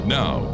now